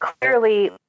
clearly